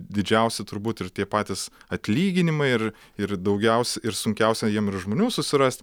didžiausi turbūt ir tie patys atlyginimai ir ir daugiausia ir sunkiausia jiem yra žmonių susirast